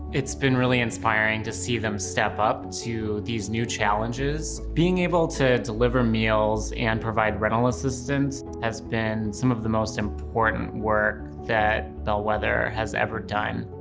it's been really inspiring to see them step up to these new challenges. being able to deliver meals and provide rental assistance has been some of the most important work that bellwether has ever done.